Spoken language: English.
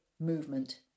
movement